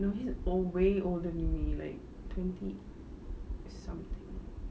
no he's a way older than me like twenty something